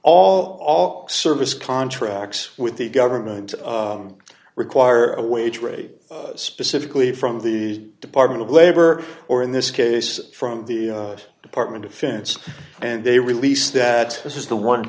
ll service contracts with the government require a wage rate specifically from the department of labor or in this case from the department of finance and they released that this is the one